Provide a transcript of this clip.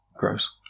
Gross